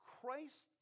Christ